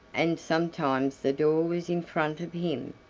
and sometimes the door was in front of him,